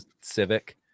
Civic